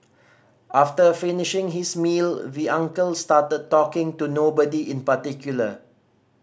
after finishing his meal we uncle started talking to nobody in particular